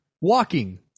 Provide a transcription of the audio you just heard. walking